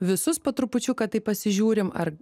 visus po trupučiuką taip pasižiūrim ar